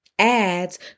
Ads